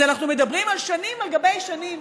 אז אנחנו מדברים על שנים על גבי שנים